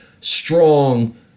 strong